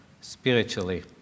spiritually